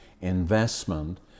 investment